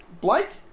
Blake